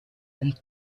and